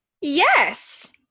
Yes